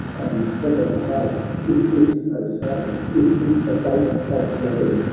and heaven above is this, oh say, is this the faith of jove?